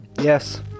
Yes